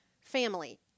family